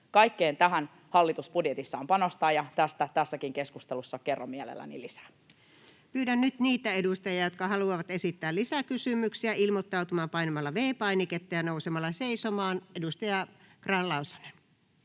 Kaikkeen tähän hallitus budjetissaan panostaa, ja tästä kerron tässäkin keskustelussa mielelläni lisää. Pyydän nyt niitä edustajia, jotka haluavat esittää lisäkysymyksiä, ilmoittautumaan painamalla V-painiketta ja nousemalla seisomaan. — Edustaja Grahn-Laasonen.